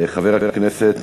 חבר הכנסת